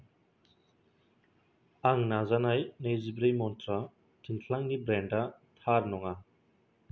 आं नाजानाय नैजिब्रै मन्त्रा थिनथ्लांनि ब्रेन्डा थार नङा